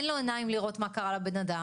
אין לו עיניים לראות מה קרה לבנאדם,